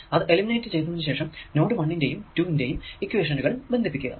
അത് എലിമിനേറ്റ് ചെയ്തതിനു ശേഷം നോട് 1 ന്റെയും 2 ന്റെയും ഇക്വേഷനുകൾ ബന്ധിപ്പിക്കുക